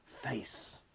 face